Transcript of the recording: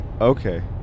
Okay